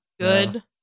good